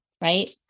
Right